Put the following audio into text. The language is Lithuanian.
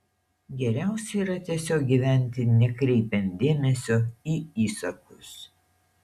geriausia yra tiesiog gyventi nekreipiant dėmesio į įsakus